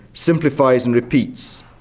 simplifies and repeats,